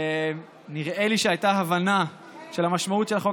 נראה לי שהייתה הבנה של המשמעות של החוק